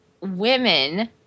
women